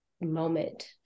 moment